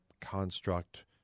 construct